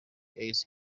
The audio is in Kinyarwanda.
eye